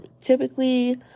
typically